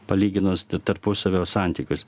palyginus tarpusavio santykius